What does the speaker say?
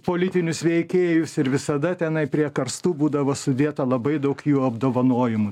politinius veikėjus ir visada tenai prie karstų būdavo sudėta labai daug jų apdovanojimų